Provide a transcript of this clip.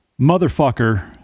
motherfucker